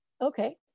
Okay